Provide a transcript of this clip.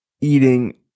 eating